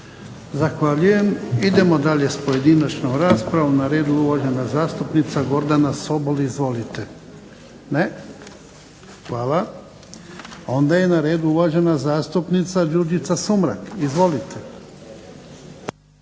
Zahvaljujem. Idemo dalje s pojedinačnom raspravom. Na redu je uvažena zastupnica Gordana Sobol. Ne. Hvala. Onda je na redu uvažena zastupnica Đurđica Sumrak. Izvolite.